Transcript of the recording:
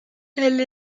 elle